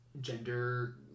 gender